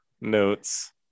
notes